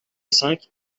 cinq